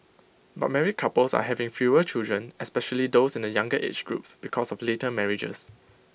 but married couples are having fewer children especially those in the younger age groups because of later marriages